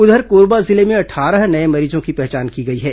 उधर कोरबा जिले में अट्ठारह नये मरीजों की पहचान की गई है